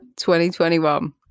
2021